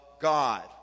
God